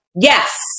yes